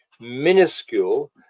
minuscule